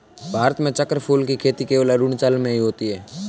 भारत में चक्रफूल की खेती केवल अरुणाचल में होती है